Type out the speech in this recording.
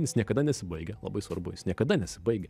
jis niekada nesibaigia labai svarbu jis niekada nesibaigia